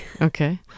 Okay